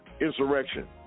insurrection